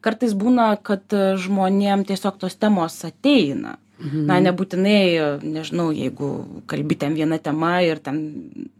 kartais būna kad žmonėm tiesiog tos temos ateina na nebūtinai nežinau jeigu kalbi ten viena tema ir ten